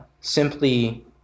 simply